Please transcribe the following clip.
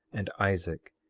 and isaac,